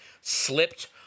slipped